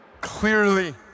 clearly